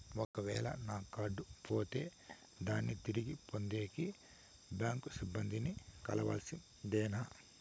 ఒక వేల నా కార్డు పోతే దాన్ని తిరిగి పొందేకి, బ్యాంకు సిబ్బంది ని కలవాల్సిందేనా?